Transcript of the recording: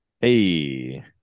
Hey